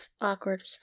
awkward